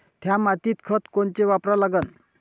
थ्या मातीत खतं कोनचे वापरा लागन?